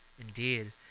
Indeed